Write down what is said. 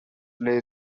lay